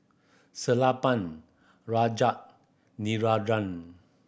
Sellapan Rajat Narendra